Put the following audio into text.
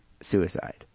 suicide